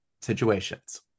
situations